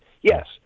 Yes